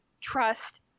trust